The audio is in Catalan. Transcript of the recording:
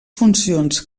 funcions